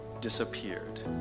disappeared